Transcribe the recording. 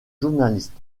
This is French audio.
journalisme